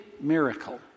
miracle